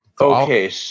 Okay